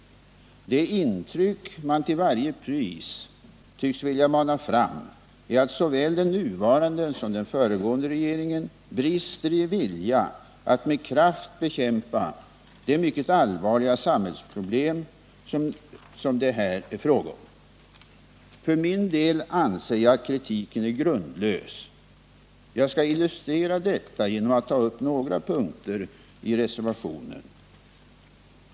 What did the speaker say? Det intryck man till varje pris tycks vilja mana fram är att såväl den nuvarande som den föregående regeringen brister i vilja att med kraft bekämpa de mycket allvarliga samhällsproblem som det här är fråga om. För min del anser jag att kritiken är grundlös. Jag skall illustrera detta genom att ta upp några punkter i reservationen.